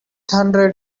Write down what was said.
hundred